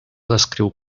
descriu